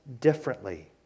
differently